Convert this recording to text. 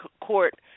court